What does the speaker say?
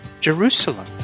Jerusalem